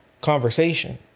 conversation